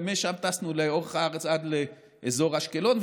ומשם טסנו לאורך הארץ עד לאזור אשקלון,